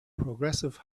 progressive